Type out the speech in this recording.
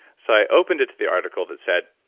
so i opened it to the article that said,